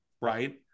right